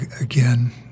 Again